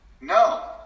No